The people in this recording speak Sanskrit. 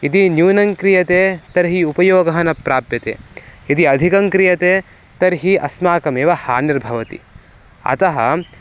यदि न्यूनं क्रियते तर्हि उपयोगः न प्राप्यते यदि अधिकं क्रियते तर्हि अस्माकमेव हानिर्भवति अतः